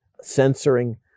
censoring